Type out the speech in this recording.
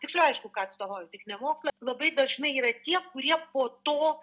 tiksliau aišku ką atstovauja tik ne mokslą labai dažnai yra tie kurie po to